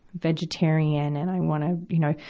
vegetarian, and i wanna, you know,